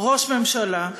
ראש ממשלה.